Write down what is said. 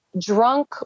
drunk